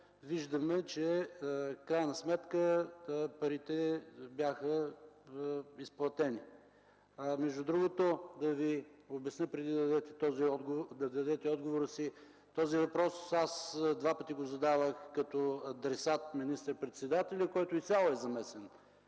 виждаме, че в крайна сметка парите бяха изплатени. Между другото, да Ви обясня преди да дадете отговора си – този въпрос два пъти го задавах като адресат – министър-председателят, който изцяло е замесен